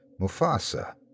Mufasa